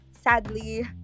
sadly